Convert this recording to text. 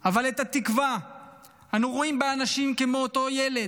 אבל את התקווה אנו רואים באנשים כמו אותו ילד,